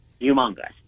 humongous